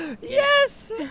yes